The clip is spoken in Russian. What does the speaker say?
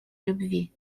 любви